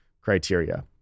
criteria